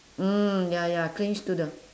mm ya ya clinch to the